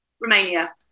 Romania